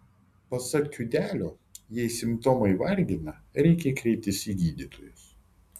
pasak kiudelio jei simptomai vargina reikia kreiptis į gydytojus